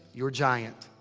your giant.